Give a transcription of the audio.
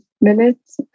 minutes